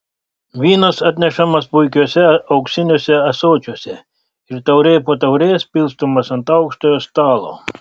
vynas atnešamas puikiuose auksiniuose ąsočiuose ir taurė po taurės pilstomas ant aukštojo stalo